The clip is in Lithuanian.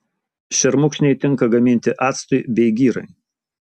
šermukšniai tinka gaminti actui bei girai